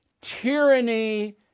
tyranny